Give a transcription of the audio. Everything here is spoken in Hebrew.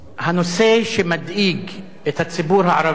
הנושא שמדאיג את הציבור הערבי